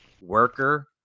worker